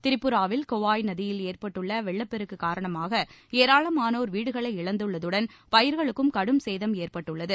திரிபுராவில் கொவாய் நதியில் ஏற்பட்டுள்ள வெள்ளப் பெருக்கு காரணமாக ஏராளமானோர் வீடுகளை இழந்துள்ளதுடன் பயிர்களுக்கும் கடும் சேதம் ஏற்பட்டுள்ளது